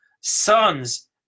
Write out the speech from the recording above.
sons